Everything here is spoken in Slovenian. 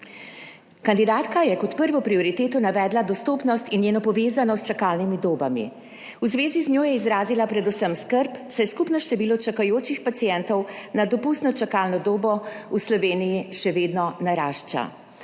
Kandidatka je kot prvo prioriteto navedla dostopnost in njeno povezanost s čakalnimi dobami. V zvezi z njo je izrazila predvsem skrb, saj skupno število čakajočih pacientov nad dopustno čakalno dobo v Sloveniji še vedno narašča.